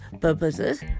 purposes